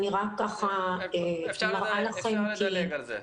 אפשר לדלג את זה.